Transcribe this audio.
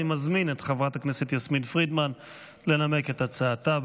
אני מזמין את חברת הכנסת יסמין פרידמן לנמק את הצעתה,